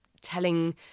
telling